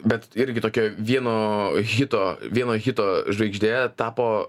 bet irgi tokia vieno hito vieno hito žvaigždė tapo